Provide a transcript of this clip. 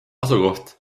asukoht